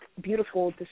beautiful